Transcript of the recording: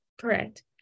correct